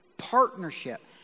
partnership